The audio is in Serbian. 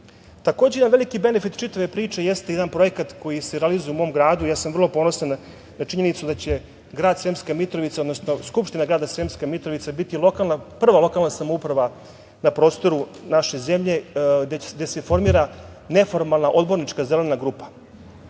jedan veliki benefit čitave priče jeste jedan projekat koji se realizuje u mom gradu, ja sam vrlo ponosan na činjenicu da će grad Sremska Mitrovica, odnosno Skupština grada Sremska Mitrovica biti prva lokalna samouprava na prostoru naše zemlje gde se formira neformalna odbornička Zelena grupa.